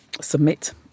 submit